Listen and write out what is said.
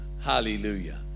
hallelujah